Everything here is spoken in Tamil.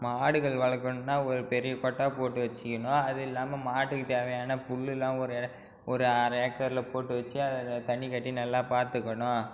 மாடுகள் வளர்க்கணுன்னா ஒரு பெரிய கொட்டா போட்டு வச்சுக்கணும் அது இல்லாமல் மாட்டுக்கு தேவையான புல்லுலாம் ஒரு ஒரு அரை ஏக்கரில் போட்டு வச்சு அதை தண்ணி காட்டி நல்லா பார்த்துக்கணும்